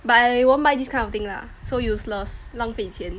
but I won't buy this kind of thing lah so useless 浪费钱